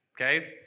Okay